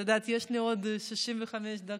את יודעת, יש לי עוד 65 דקות.